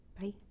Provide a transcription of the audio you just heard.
Bye